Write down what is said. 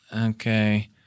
Okay